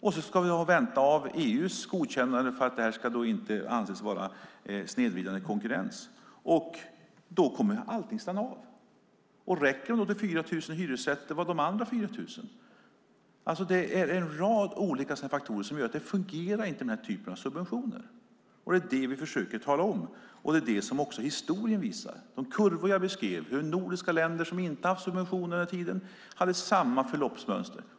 Sedan ska vi vänta på EU:s godkännande av att detta inte är snedvridande konkurrens. Då kommer allting att stanna av. Om det räcker till 4 000 hyresrätter, var är då de andra 4 000? Det finns en rad olika faktorer som gör att den här typen av subventioner inte fungerar. Det är det vi försöker att tala om, och det visar också historien. De kurvor jag beskrev visar hur de nordiska länder som inte har haft subventioner under den här tiden har haft samma förloppsmönster.